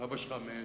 אבא שלך מת